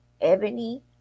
Ebony